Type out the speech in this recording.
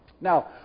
Now